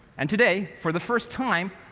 and today, for the first time,